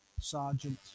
Sergeant